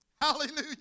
Hallelujah